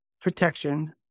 protection